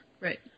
right